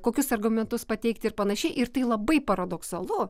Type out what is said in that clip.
kokius argumentus pateikti ir panašiai ir tai labai paradoksalu